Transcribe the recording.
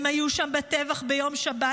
הם היו שם בטבח ביום שבת,